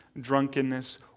drunkenness